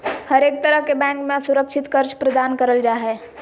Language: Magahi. हरेक तरह के बैंक मे असुरक्षित कर्ज प्रदान करल जा हय